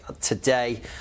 today